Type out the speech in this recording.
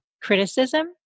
criticism